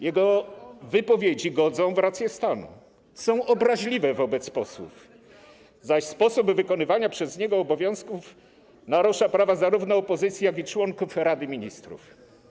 Jego wypowiedzi godzą w rację stanu, są obraźliwe wobec posłów, zaś sposób wykonywania przez niego obowiązków narusza prawa zarówno opozycji, jak i członków Rady Ministrów.